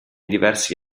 diversi